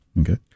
Okay